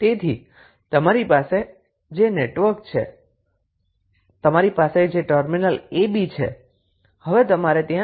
તેથી તમારી પાસે નેટવર્ક છે તમારી પાસે ટર્મિનલ ab છે